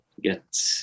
get